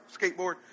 skateboard